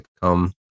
come